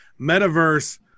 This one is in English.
metaverse